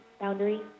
Boundary